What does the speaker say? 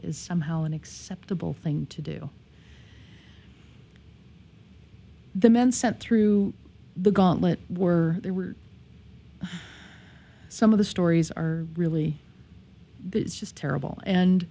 is somehow an acceptable thing to do the men sent through the gauntlet were there were some of the stories are really just terrible and